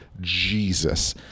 Jesus